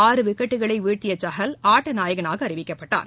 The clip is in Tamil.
ஆறு விக்கெட்களை வீழ்த்திய சஹல் ஆட்ட நாயகனாக அறிவிக்கப்பட்டார்